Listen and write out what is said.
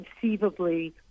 Conceivably